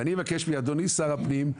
ואני אבקש 'אדוני שר הפנים,